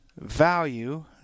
value